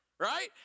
Right